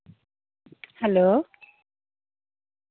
hello